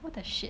what the shit